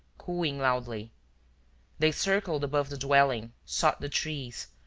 cooing loudly they circled above the dwelling, sought the trees,